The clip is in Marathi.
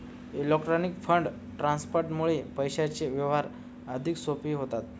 इलेक्ट्रॉनिक फंड ट्रान्सफरमुळे पैशांचे व्यवहार अधिक सोपे होतात